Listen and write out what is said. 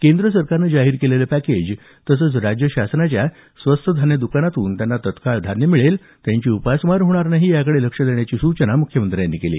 केंद्र सरकारनं जाहीर केलेलं पॅकेज तसंच राज्य शासनाच्या स्वस्त धान्य दुकानातून त्यांना तात्काळ धान्य मिळेल त्यांची उपासमार होणार नाही याकडे लक्ष देण्याची सूचना मुख्यमंत्र्यांनी केली